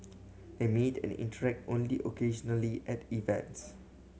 they meet and interact only occasionally at events